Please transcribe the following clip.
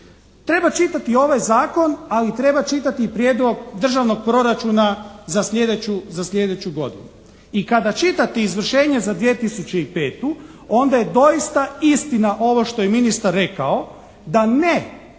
Treba čitati ovaj zakon, ali treba čitati i prijedlog državnog proračuna za slijedeću godinu i kada čitate izvršenje za 2005. onda je doista istina ovo što je ministar rekao da ne,